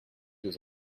deux